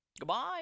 Goodbye